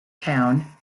town